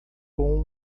com